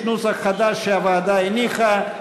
נוסח חדש שהניחה הוועדה,